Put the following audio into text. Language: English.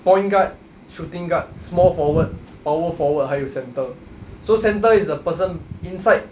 point guard shooting guard small forward power forward 还有 centre so centre is the person inside